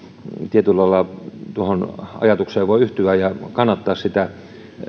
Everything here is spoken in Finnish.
tietyllä lailla tuohon ajatukseen voi yhtyä ja kannattaa sitä